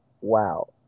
wow